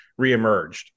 reemerged